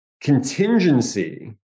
contingency